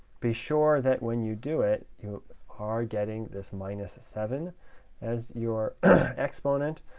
be sure that when you do it, you are getting this minus seven as your exponent.